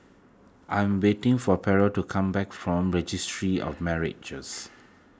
I'm waiting for Pearle to come back from Registry of Marriages